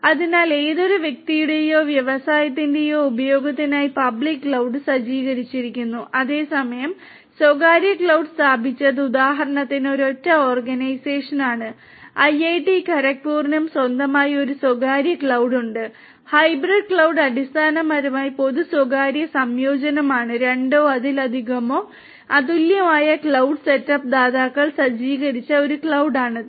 അതിനാൽ ഏതൊരു വ്യക്തിയുടേയോ വ്യവസായത്തിന്റെയോ ഉപയോഗത്തിനായി പബ്ലിക് ക്ലൌഡ് സജ്ജീകരിച്ചിരിക്കുന്നു അതേസമയം സ്വകാര്യ ക്ലൌഡ് സ്ഥാപിച്ചത് ഉദാഹരണത്തിന് ഒരൊറ്റ ഓർഗനൈസേഷനാണ് ഐഐടി ഖരഗ്പൂരിനും സ്വന്തമായി ഒരു സ്വകാര്യ മേഘമുണ്ട് ഹൈബ്രിഡ് ക്ലൌഡ് അടിസ്ഥാനപരമായി പൊതു സ്വകാര്യ സംയോജനമാണ് രണ്ടോ അതിലധികമോ അതുല്യമായ ക്ലൌഡ് സെറ്റപ്പ് ദാതാക്കൾ സജ്ജീകരിച്ച ഒരു മേഘമാണിത്